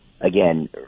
again